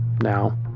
Now